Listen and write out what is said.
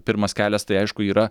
pirmas kelias tai aišku yra